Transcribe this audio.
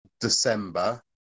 December